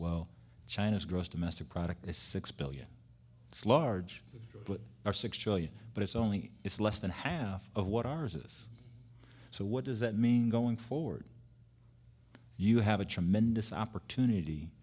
well china's gross domestic product is six billion it's large but our six trillion but it's only it's less than half of what ours us so what does that mean going forward you have a tremendous opportunity